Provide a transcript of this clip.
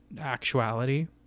actuality